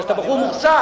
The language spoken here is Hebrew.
כי אתה בחור מוכשר.